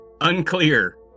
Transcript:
unclear